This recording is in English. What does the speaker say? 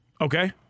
Okay